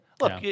Look